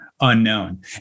unknown